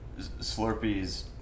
Slurpees